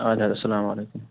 اَدٕ حظ اَسَلامُ عَلیکُم